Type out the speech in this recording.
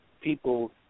people